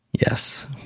Yes